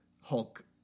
Hulk